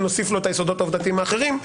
אם נוסיף לו את היסודות העובדתיים האחרים.